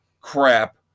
crap